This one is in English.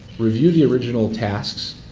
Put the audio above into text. review the original tasks,